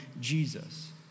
Jesus